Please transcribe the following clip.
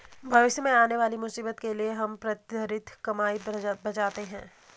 भविष्य में आने वाली मुसीबत के लिए हम प्रतिधरित कमाई बचाते हैं